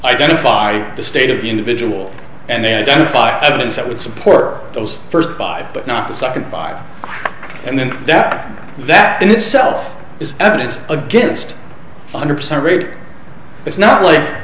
identify the state of the individual and then identify what it is that would support those first five but not the second five and then that that in itself is evidence against one hundred percent rate it's not like